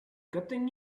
gotten